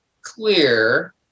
clear